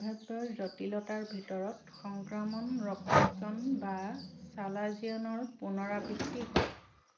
সাম্ভাব্য জটিলতাৰ ভিতৰত সংক্ৰমণ ৰক্তক্ষৰণ বা চালাজিয়নৰ পুনৰাবৃত্তি হয়